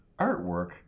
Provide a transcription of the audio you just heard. artwork